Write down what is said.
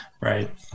right